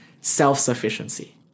Self-sufficiency